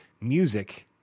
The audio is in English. music